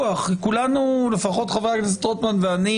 כולנו לפחות חבר הכנסת רוטמן ואני